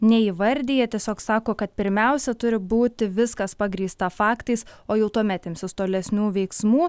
neįvardija tiesiog sako kad pirmiausia turi būti viskas pagrįsta faktais o jau tuomet imsis tolesnių veiksmų